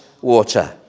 water